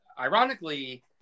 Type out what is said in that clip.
Ironically